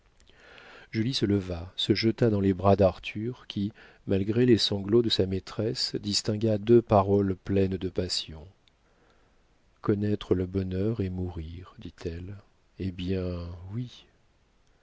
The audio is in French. julie se leva se jeta dans les bras d'arthur qui malgré les sanglots de sa maîtresse distingua deux paroles pleines de passion connaître le bonheur et mourir dit-elle eh bien oui